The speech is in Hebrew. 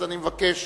אז אני מבקש